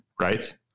right